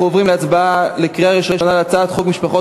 אנחנו עוברים להצבעה בקריאה ראשונה על הצעת חוק משפחות